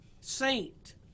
saint